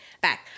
back